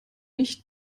nicht